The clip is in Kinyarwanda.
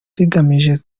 rigamije